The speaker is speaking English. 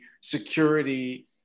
security